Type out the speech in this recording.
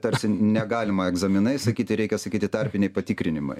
tarsi negalima egzaminai sakyti reikia sakyti tarpiniai patikrinimai